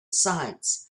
sides